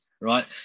right